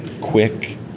quick